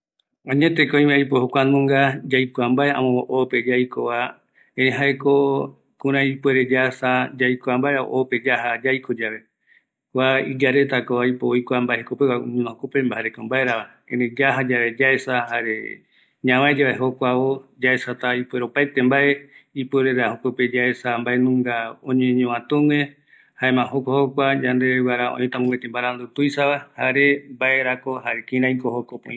Añeteteko oime jokuanunga, eri se aikuayave, jaeko oo ñimague, jare sembaeava, erei jukurai yave, jeko outa seve mbarandu tuisagueva, baerako jokua oyeapo jare mbaeko oñeomi jokope